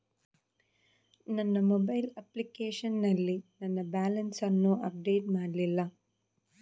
ನನ್ನ mobile application ನಲ್ಲಿ ನನ್ನ ಬ್ಯಾಲೆನ್ಸ್ ಅನ್ನು ಅಪ್ಡೇಟ್ ಮಾಡ್ಲಿಲ್ಲ